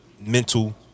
mental